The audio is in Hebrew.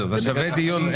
זה מצריך דיון.